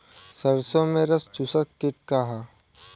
सरसो में रस चुसक किट का ह?